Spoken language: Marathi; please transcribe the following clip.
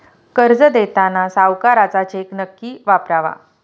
कर्ज देताना सावकाराचा चेक नक्की वापरावा